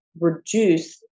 reduce